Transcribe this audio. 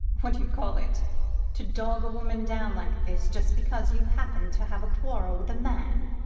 what d'you call it to dog a woman down like this, just because you happen to have a quarrel with a man?